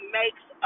makes